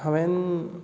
हांवेन